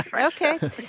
Okay